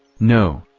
no,